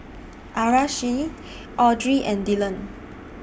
Aracely Audry and Dillion